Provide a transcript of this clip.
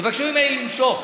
יבקשו ממני למשוך.